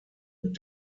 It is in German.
mit